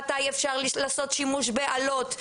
מתי אפשר לעשות שימוש באלות,